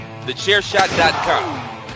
thechairshot.com